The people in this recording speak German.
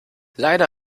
leider